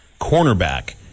cornerback